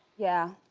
yeah,